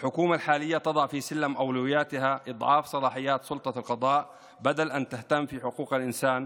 של אלפים ממשפחותינו ברעידת האדמה האלימה שהכתה את האזור.